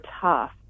tough